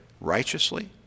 righteously